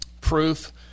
proof